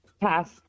Pass